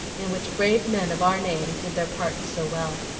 in which brave men of our name did their parts so well.